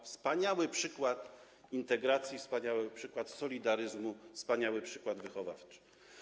Wspaniały przykład integracji, wspaniały przykład solidaryzmu, wspaniały przykład wychowawczy.